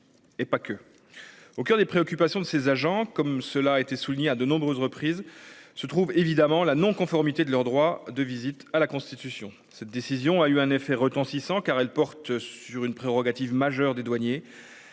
Et pas que. Au coeur des préoccupations de ses agents, comme cela a été souligné à de nombreuses reprises se trouve évidemment la non-conformité de leur droit de visite à la constitution. Cette décision a eu un effet retentissant car elle porte sur une prérogative majeure des douaniers